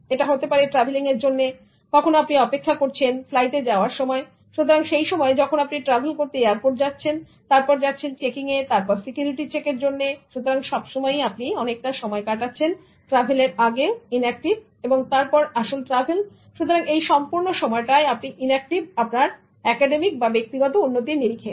এটা হতে পারে ট্রাভেলিং এর জন্য যখন আপনি অপেক্ষা করছেন এমনকি ফ্লাইটে যাওয়ার সময় সুতরাং সেই সময়ে যখন আপনি ট্রাভেল করতে এয়ারপোর্ট যাচ্ছেন তারপর যাচ্ছেন চেকিং এ এবং তারপর সিকিউরিটি চেক এর জন্য সুতরাং সব সময়ই আপনি অনেকটা সময় কাটাচ্ছেন ট্রাভেল এর আগেও inactive এবং তারপরে আসল ট্রাভেল সুতরাং এই সম্পূর্ণ সময়টায় আপনি ইন্যাক্টিভ আপনার একাডেমিক বা ব্যক্তিগত উন্নতির নিরিখে